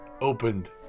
opened